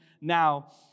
now